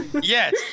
Yes